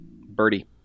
Birdie